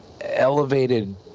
elevated